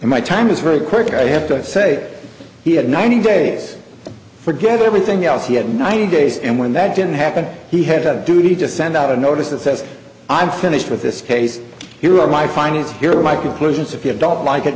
in my time is very quick i have to say he had ninety days forget everything else he had ninety days and when that didn't happen he had a duty to send out a notice that says i'm finished with this case here are my findings here are my conclusions if you don't like